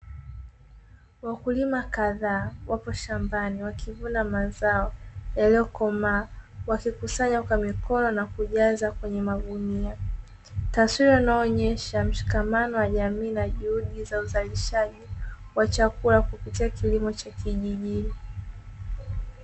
Wakulima kadhaa wapo shambani wakivuna mazao yaliyokomaa wakikusanya kwa mikono na kujaza kwenye magunia, taswira inayoonyesha mshikamano wa jamii na juhudi za uzalishaji wa chakula kupitia kilimo cha kijijini.